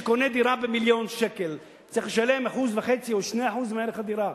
שקונה דירה במיליון שקל צריך לשלם 1.5% או 2% מערך הדירה.